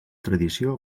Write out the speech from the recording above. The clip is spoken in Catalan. tradició